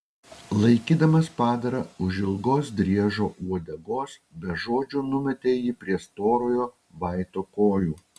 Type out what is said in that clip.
laikydamas padarą už ilgos driežo uodegos be žodžių numetė jį prie storojo vaito kojų